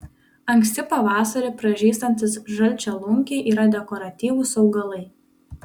anksti pavasarį pražystantys žalčialunkiai yra dekoratyvūs augalai